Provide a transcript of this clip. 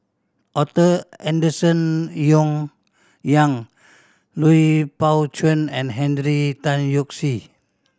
Arthur Henderson Yong Young Lui Pao Chuen and Hundred Tan Yoke See